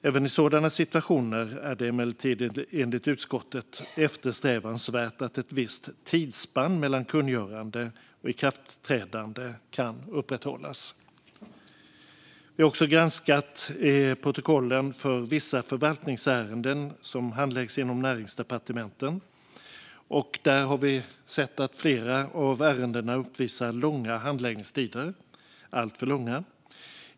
Även i sådana situationer är det emellertid enligt utskottet eftersträvansvärt att ett visst tidsspann mellan kungörande och ikraftträdande kan upprätthållas. Vi har också granskat protokollen för vissa förvaltningsärenden som handläggs inom Näringsdepartementet. Där har vi sett att flera av ärendena uppvisar alltför långa handläggningstider.